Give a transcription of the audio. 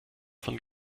von